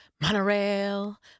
Monorail